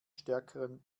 stärkeren